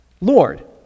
Lord